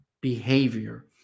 behavior